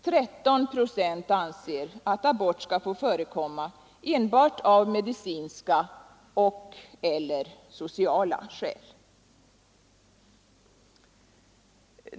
13 procent ansåg att abort skall få förekomma enbart av medicinska och/eller sociala skäl.